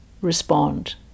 respond